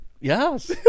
Yes